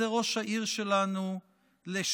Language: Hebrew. זה ראש העיר שלנו לשעבר,